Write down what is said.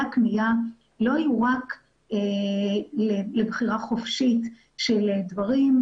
הקנייה לא יהיו רק לבחירה חופשית של דברים,